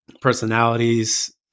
personalities